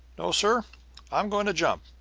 no, sir i'm going to jump,